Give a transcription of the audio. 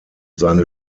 seine